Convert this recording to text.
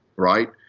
right?